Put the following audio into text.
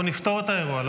אנחנו נפתור את האירוע.